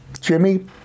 Jimmy